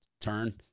turn